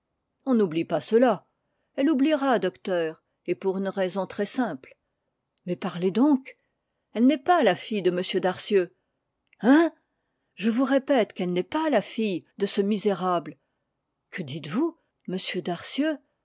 on n'oublie pas cela elle oubliera docteur et pour une raison très simple mais parlez donc elle n'est pas la fille de m darcieux hein je vous répète qu'elle n'est pas la fille de ce misérable que dites-vous